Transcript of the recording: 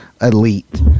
Elite